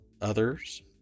others